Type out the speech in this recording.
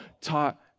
taught